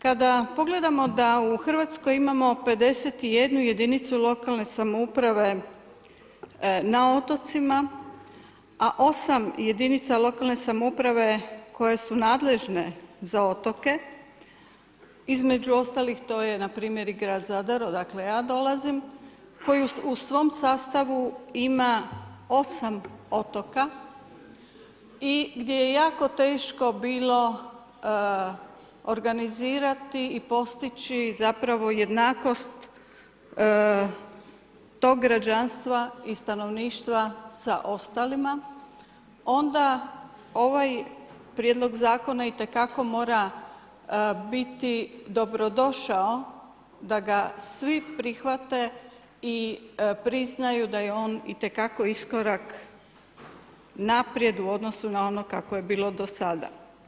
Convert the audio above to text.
Kada pogledamo da u Hrvatskoj imamo 51 jedinicu lokalne samouprave na otocima a 8 jedinice lokalne samouprave koje su nadležne za otoke, između ostalih to je npr. i grad Zadar, odakle ja dolazim, koji u svom sastavu ima 8 otoka i gdje je jako teško bilo organizirati i postići jednakost tog građanstva i stanovništva sa ostalima, onda ovaj prijedlog zakona, itekako mora biti dobrodošao, da ga svi prihvate i priznaju da je on itekako iskorak naprijed, u odnosu na ono kako je bilo do sada.